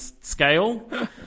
scale